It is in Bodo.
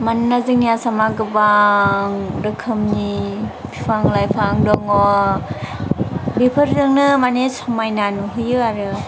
मानोना जोंनि आसामा गोबां रोखोमनि बिफां लाइफां दङ बेफोरजोंनो माने समायना नुहोयो आरो